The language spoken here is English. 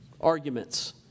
Arguments